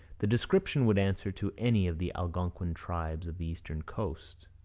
the description would answer to any of the algonquin tribes of the eastern coast.